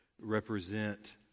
represent